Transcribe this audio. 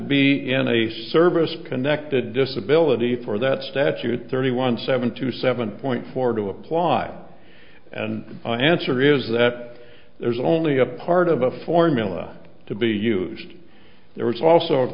be in a service connected disability for that statute thirty one seven to seven point four to apply and an answer is that there's only a part of a formula to be used there is also